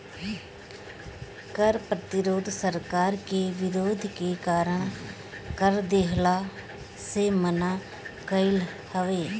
कर प्रतिरोध सरकार के विरोध के कारण कर देहला से मना कईल हवे